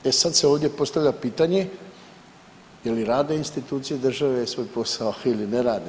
E sad se ovdje postavlja pitanje je li rade institucije države svoj posao ili ne rade.